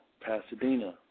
Pasadena